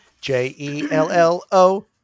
J-E-L-L-O